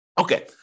Okay